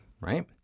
right